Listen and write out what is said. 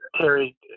Terry